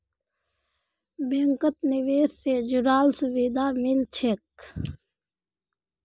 बैंकत निवेश से जुराल सुभिधा मिल छेक